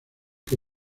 que